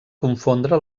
confondre